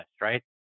right